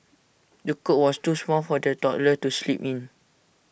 the cot was too small for the toddler to sleep in